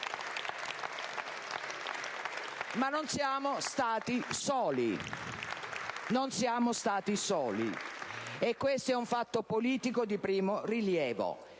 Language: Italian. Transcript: Ma non siamo stati soli. Questo è un fatto politico di primo rilievo: